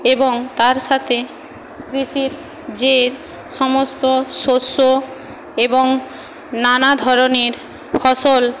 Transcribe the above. এবং তার সাথে কৃষির যে সমস্ত শস্য এবং নানা ধরনের ফসল